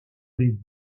les